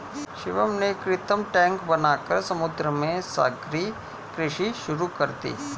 शिवम ने कृत्रिम टैंक बनाकर समुद्र में सागरीय कृषि शुरू कर दी